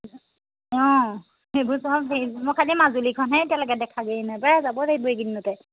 অঁ সেইবোৰ চব সেই মই খালী মাজুলীৰখনহে দেখাগৈ নাই পাই যাব লাগিব এইকেইদিনতে